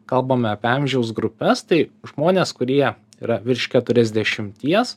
kalbame apie amžiaus grupes tai žmonės kurie yra virš keturiasdešimties